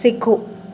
सिखो